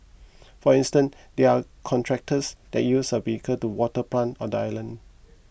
for instance there are contractors that use a vehicle to water plant on the island